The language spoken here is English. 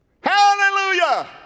Hallelujah